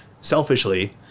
selfishly